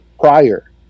prior